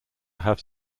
have